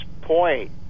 point